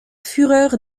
fureur